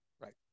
Right